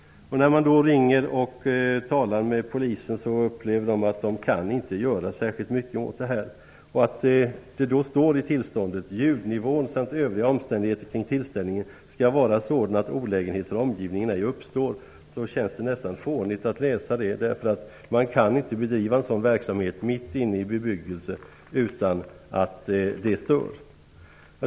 När man då ringer och talar med polisen får man svaret att polisen inte kan göra särskilt mycket åt det här. Det står i tillståndet: Ljudnivån samt övriga omständigheter kring tillställningen skall vara sådan att olägenhet för omgivningen ej uppstår. Det känns nästan fånigt att läsa det -- man kan inte bedriva en sådan verksamhet mitt inne i bebyggelse utan att det stör.